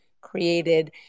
created